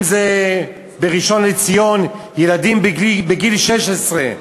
אם בראשון-לציון, ילדים בגיל 16,